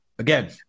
Again